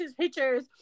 pictures